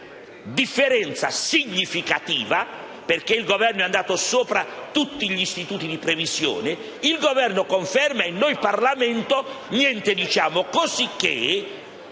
differenza significativa, perché il Governo è andato sopra tutti i parametri di previsione. Il Governo conferma e noi Parlamento non diciamo niente;